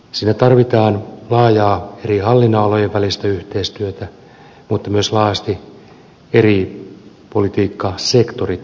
siinä tarvitaan laajaa eri hallinnonalojen välistä yhteistyötä mutta myös laajasti eri politiikkasektorit läpikäyvää politiikkaa